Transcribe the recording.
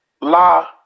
La